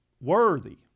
worthy